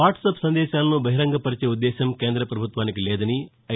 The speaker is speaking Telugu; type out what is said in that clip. వాట్సప్ సందేశాలను బహిరంగపరిచే ఉద్దేశం కేంద పభుత్వానికి లేదని ఐ